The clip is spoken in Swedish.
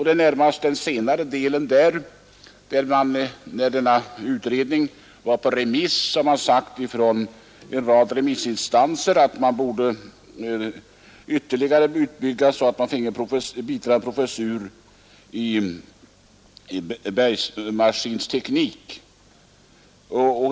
Då utredningen sändes på remiss uttalade en rad remissinstanser att man borde bygga ut ytterligare så att man finge en biträdande professur i bergmaskinteknik.